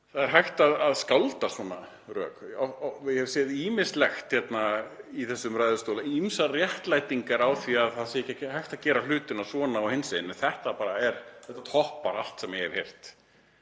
það er hægt að skálda svona rök. Ég hef séð ýmislegt í þessum ræðustóli, ýmsar réttlætingar á því að það sé ekki hægt að gera hlutina svona og hinsegin en þetta toppar allt sem ég hef heyrt.